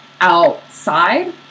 outside